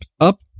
up